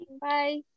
Bye